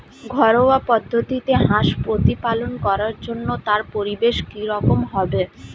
ঘরোয়া পদ্ধতিতে হাঁস প্রতিপালন করার জন্য তার পরিবেশ কী রকম হবে?